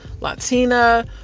Latina